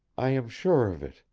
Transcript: i am sure of it,